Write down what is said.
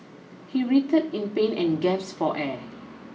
he writhed in pain and gasped for air